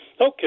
Okay